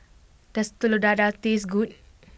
does Telur Dadah taste good